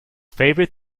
favorite